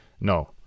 no